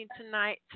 tonight